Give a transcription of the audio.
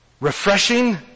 refreshing